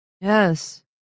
Yes